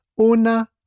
una